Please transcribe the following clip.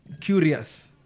curious